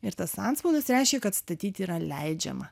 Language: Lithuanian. ir tas antspaudas reiškia kad statyti yra leidžiama